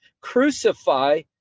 crucify